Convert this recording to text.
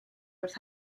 wrth